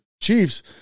chiefs